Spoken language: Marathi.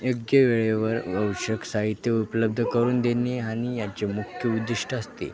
योग्य वेळेवर आवश्यक साहित्य उपलब्ध करून देणे आणि याचे मुख्य उद्दिष्ट असते